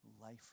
life